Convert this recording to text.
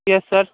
yes sir